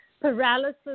paralysis